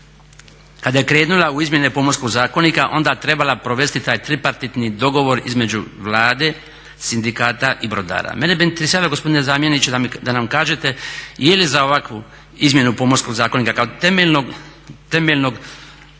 kada je krenula u izmjene Pomorskog zakonika onda trebala provesti taj tripartitni dogovor između Vlade, sindikata i brodara. Meni bi interesiralo gospodine zamjeniče da nam kažete je li za ovakvu izmjenu Pomorskog zakonika kao temeljnog zakona